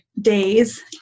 days